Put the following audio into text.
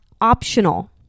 optional